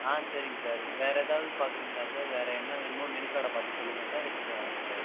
ஆ சரிங்க சார் வேறு எதாவது பார்க்கறீங்களா சார் வேறு என்ன வேணுமோ மெனு கார்டை பார்த்து சொல்லுங்கள் சார் எடுத்துகிட்டு வரேங்க சார்